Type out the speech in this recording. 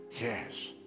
Yes